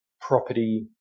property